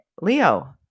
Leo